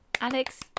Alex